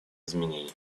изменений